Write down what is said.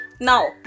Now